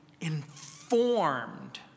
informed